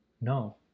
No